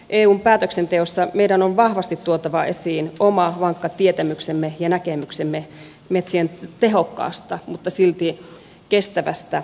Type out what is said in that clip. eun päätöksenteossa meidän on vahvasti tuotava esiin oma vankka tietämyksemme ja näkemyksemme metsien tehokkaasta mutta silti kestävästä käytöstä